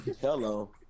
Hello